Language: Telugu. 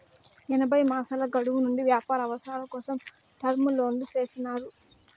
ఎనభై మాసాల గడువు నుండి వ్యాపార అవసరాల కోసం టర్మ్ లోన్లు చేసినారు